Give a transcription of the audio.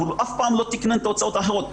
אבל הוא אף פעם לא תקנן את ההוצאות האחרות.